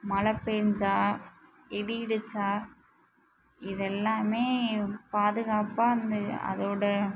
மழை பேஞ்சா இடி இடிச்சா இது எல்லாமே பாதுகாப்பாக அந்த அதோட